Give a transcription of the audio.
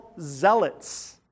zealots